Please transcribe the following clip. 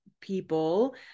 people